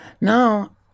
now